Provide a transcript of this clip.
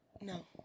No